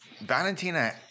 Valentina